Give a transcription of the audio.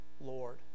Lord